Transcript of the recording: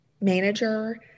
manager